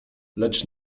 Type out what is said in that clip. lecz